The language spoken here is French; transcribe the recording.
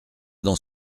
dans